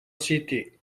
city